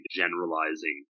generalizing